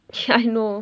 I know